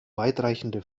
weitreichende